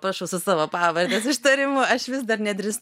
prašau su savo pavardės ištarimu aš vis dar nedrįst